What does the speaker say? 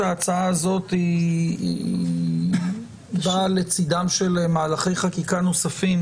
שההצעה הזאת באה לצידם של מהלכי חקיקה נוספים